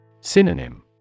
Synonym